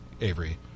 Avery